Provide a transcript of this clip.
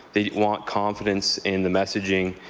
they want confidence in the messaging,